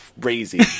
crazy